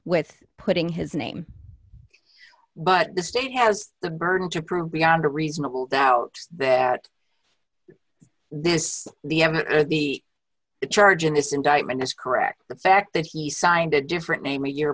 with putting his name but the state has the burden to prove beyond a reasonable doubt that this the the charge in this indictment is correct the fact that he signed a different name a year